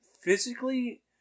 physically